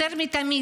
יותר מתמיד,